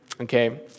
okay